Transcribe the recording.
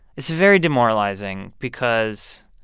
it's very demoralizing because,